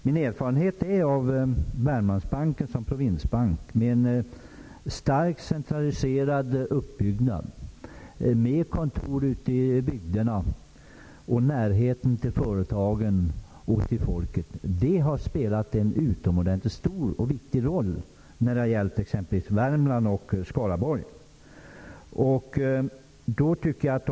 Min erfarenhet av Wermlandsbanken som provinsbank är att den, med en starkt decentraliserad uppbyggnad, med kontor ute i bygderna och närhet till företagen och till folket, har spelat en utomordentligt stor och viktig roll för Värmland och att motsvarande har gällt för Skaraborg.